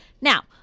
Now